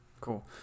cool